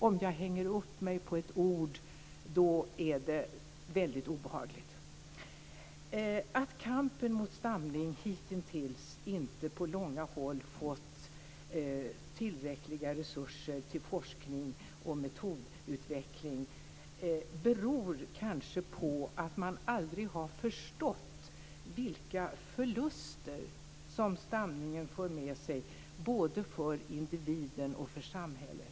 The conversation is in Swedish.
Om jag hänger upp mig på ett ord är det väldigt obehagligt. Att kampen mot stamning hitintills inte på långt när fått tillräckliga resurser till forskning och metodutveckling beror kanske på att man aldrig har förstått vilka förluster som stamningen för med sig både för individen och för samhället.